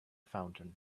fountain